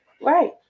Right